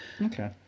Okay